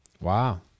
Wow